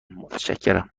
متشکرم